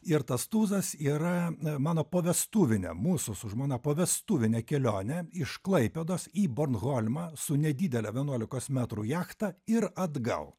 ir tas tūzas yra mano povestuvinė mūsų su žmona povestuvinė kelionė iš klaipėdos į bornholmą su nedidele vienuolikos metrų jachta ir atgal